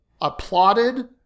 applauded